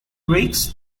breaks